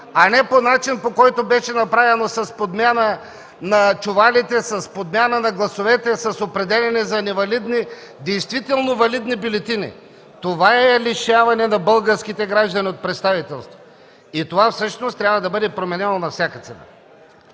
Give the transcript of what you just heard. а не по начина, по който беше направено – с подмяна на чувалите, с подмяна на гласовете, с определяне за невалидни действително валидни бюлетини. Това е лишаване на българските граждани от представителство и това всъщност трябва да бъде променено на всяка цена.